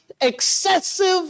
excessive